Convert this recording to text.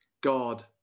God